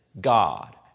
God